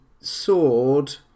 sword